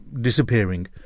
disappearing